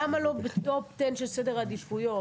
למה לא ב- top-ten של סדר העדיפויות?